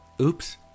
oops